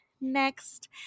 next